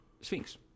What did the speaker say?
Sphinx